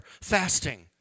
fasting